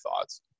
thoughts